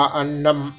annam